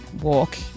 walk